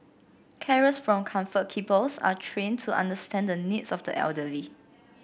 carers from Comfort Keepers are trained to understand the needs of the elderly